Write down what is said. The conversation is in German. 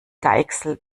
deichsel